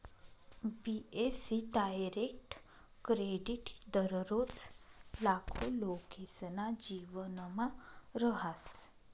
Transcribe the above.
बी.ए.सी direct credit दररोज लाखो लोकेसना जीवनमा रहास